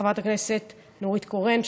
לחברת הכנסת נורית קורן,